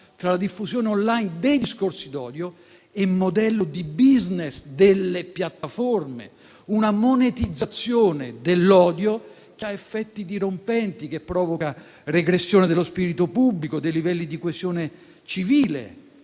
tra la diffusione *online* dei discorsi d'odio e il modello di *business* delle piattaforme, una monetizzazione dell'odio che ha effetti dirompenti, che provoca regressione dello spirito pubblico e dei livelli di coesione civile.